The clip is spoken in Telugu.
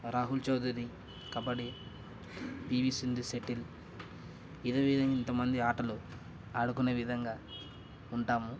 రాహుల్ చౌదరి కబడ్డీ పీవీ సింధు సెటిల్ ఇంతమంది ఆటలు ఆడుకునే విధంగా ఉంటాము